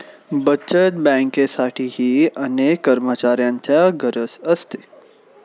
बचत बँकेसाठीही अनेक कर्मचाऱ्यांची गरज असते